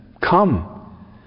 come